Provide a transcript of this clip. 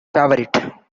favorite